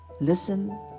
listen